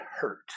hurt